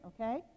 Okay